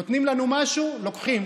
נותנים לנו משהו, לוקחים.